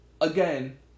Again